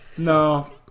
No